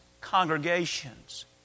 congregations